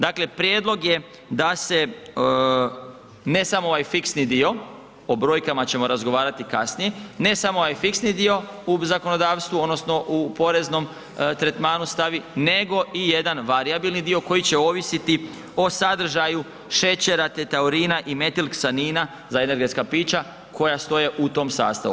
Dakle prijedlog je da se ne samo ovaj fiksni dio, o brojkama ćemo razgovarati kasnije, ne samo ovaj fiksni dio u zakonodavstvu odnosno u poreznom tretmanu stavi, nego i jedan varijabilni dio koji će ovisiti o sadržaju šećera, teta urina i metilksanina za energetska pića koja stoje u tom sastavu.